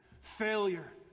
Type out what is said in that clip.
failure